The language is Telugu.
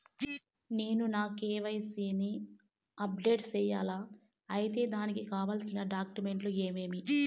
నేను నా కె.వై.సి ని అప్డేట్ సేయాలా? అయితే దానికి కావాల్సిన డాక్యుమెంట్లు ఏమేమీ?